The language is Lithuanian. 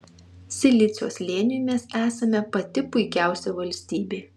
silicio slėniui mes esame pati puikiausia valstybė